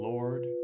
Lord